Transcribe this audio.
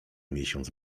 miesiąc